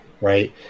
right